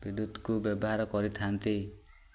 ବିଦ୍ୟୁତକୁ ବ୍ୟବହାର କରିଥାନ୍ତି